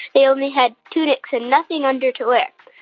they only had tunics and nothing under to wear.